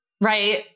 right